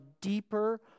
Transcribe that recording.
deeper